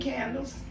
Candles